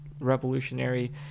revolutionary